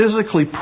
physically